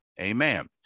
Amen